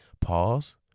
Pause